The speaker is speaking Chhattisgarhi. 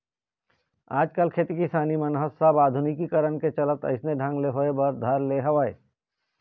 आजकल खेती किसानी मन ह सब आधुनिकीकरन के चलत अइसने ढंग ले होय बर धर ले हवय